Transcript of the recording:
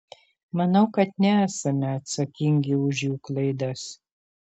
manau kad nesame atsakingi už jų klaidas